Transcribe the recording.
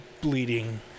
bleeding